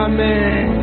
Amen